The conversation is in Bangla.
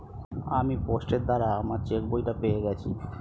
আমি পোস্টের দ্বারা আমার চেকবইটা পেয়ে গেছি